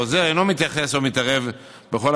החוזר אינו מתייחס ואינו מתערב בכל